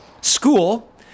School